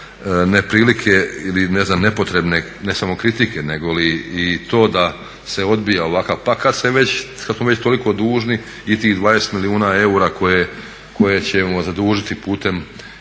neprilike ili ne znam nepotrebne ne smo kritike, nego li i to da se odbija ovakav. Pa kad smo već toliko dužni i tih 20 milijuna eura koje ćemo zadužiti putem